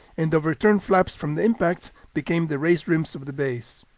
and the overturned flaps from the impacts became the raised rims of the bays.